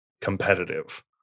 competitive